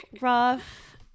rough